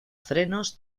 frenos